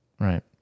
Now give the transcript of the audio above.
Right